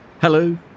Hello